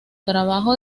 trabajo